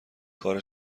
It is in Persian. کار